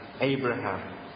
Abraham